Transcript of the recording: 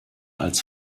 als